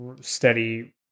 steady